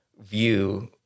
view